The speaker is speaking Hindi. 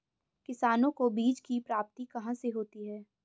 किसानों को बीज की प्राप्ति कहाँ से होती है?